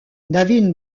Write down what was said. david